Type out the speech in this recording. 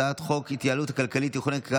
אני קובע שהצעת חוק התוכנית הכלכלית (תיקוני חקיקה